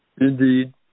Indeed